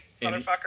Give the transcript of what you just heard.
motherfucker